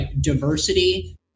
diversity